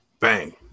Bang